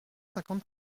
cinquante